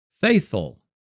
faithful